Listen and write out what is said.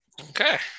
Okay